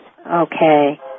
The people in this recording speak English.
Okay